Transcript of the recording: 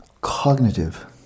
cognitive